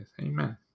Amen